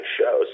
shows